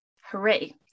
Hooray